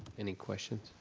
any questions?